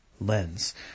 lens